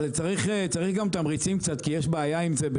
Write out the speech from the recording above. אבל צריך גם קצת תמריצים כי יש בעיה עם זה,